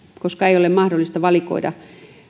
koska ei ole mahdollista valikoida